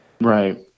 right